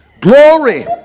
Glory